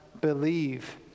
believe